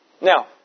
Now